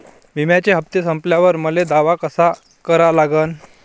बिम्याचे हप्ते संपल्यावर मले दावा कसा करा लागन?